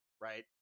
right